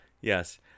Yes